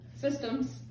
Systems